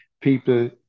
people